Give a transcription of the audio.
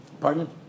pardon